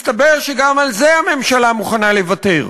מסתבר שגם על זה הממשלה מוכנה לוותר.